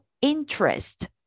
interest